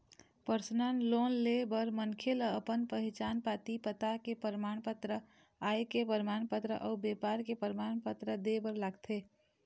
personal loan ले बर मनखे ल अपन पहिचान पाती, पता के परमान पत्र, आय के परमान पत्र अउ बेपार के परमान पत्र दे बर लागथे